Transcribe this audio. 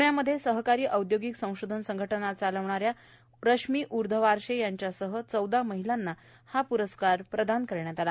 प्ण्यामध्ये सहकारी औद्योगिक संशोधन संघ ना चालवणा या रश्मी उर्धवारशे यांच्यासह चौदा महिलांना हा प्रस्कर प्रदान करण्यात आला